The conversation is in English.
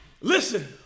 listen